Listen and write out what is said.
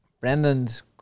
Brendan's